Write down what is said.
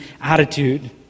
attitude